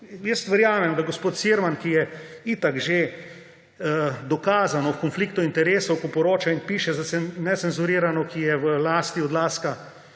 … Verjamem, da gospod Cirman, ki je itak že dokazano v konfliktu interesov, ko poroča in piše za Necenzurirano, ki je v lasti Odlazka,